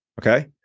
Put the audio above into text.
Okay